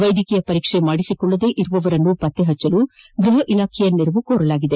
ವೈದ್ಯಕೀಯ ಪರೀಕ್ಷೆ ಮಾಡಿಸಿಕೊಳ್ಳದೇ ಇರುವವರನ್ನು ಪತ್ತೆ ಮಾಡಲು ಗೃಹ ಇಲಾಖೆಯ ನೆರವು ಕೋರಲಾಗಿದೆ